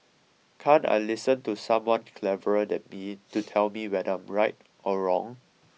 can't I listen to someone cleverer than me to tell me whether I am right or wrong